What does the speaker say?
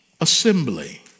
assembly